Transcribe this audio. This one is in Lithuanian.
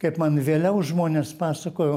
kaip man vėliau žmonės pasakojo